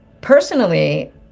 personally